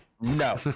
no